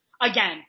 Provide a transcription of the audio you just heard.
again